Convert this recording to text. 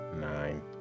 nine